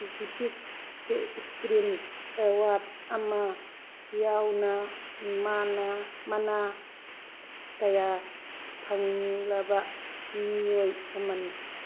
specific screen award ꯑꯃ ꯌꯥꯎꯅ ꯃꯥꯅ ꯃꯅꯥ ꯀꯌꯥ ꯐꯪꯂꯕ ꯃꯤꯑꯣꯏ ꯑꯃꯅꯤ